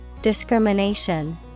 Discrimination